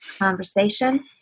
conversation